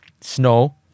Snow